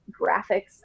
graphics